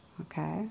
okay